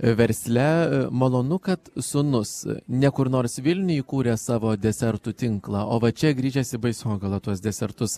versle malonu kad sūnus ne kur nors vilniuj įkūrė savo desertų tinklą o va čia grįžęs į baisogalą tuos desertus